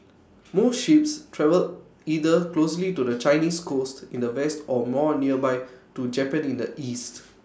most ships travel either closer to the Chinese coast in the west or more nearby to Japan in the east